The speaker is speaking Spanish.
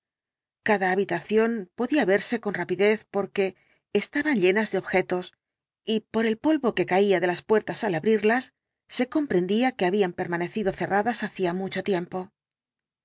cada habitación podía verse con rapidez porque estaban llenas de objetos y por el polvo que caía de las puertas al abrirlas se comprendía que habían permanecido cerradas hacía mucho tiempo